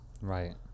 Right